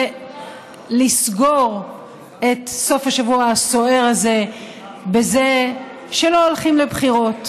ולסגור את סוף השבוע הסוער הזה בזה שלא הולכים לבחירות.